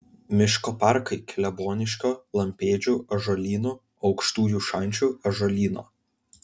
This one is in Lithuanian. miško parkai kleboniškio lampėdžių ąžuolyno aukštųjų šančių ąžuolyno